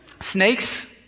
Snakes